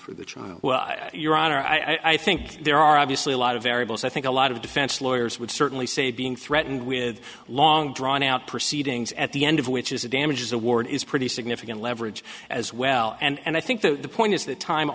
for the child well your honor i think there are obviously a lot of variables i think a lot of defense lawyers would certainly say being threatened with a long drawn out proceedings at the end of which is a damages award is pretty significant leverage as well and i think that the point is that time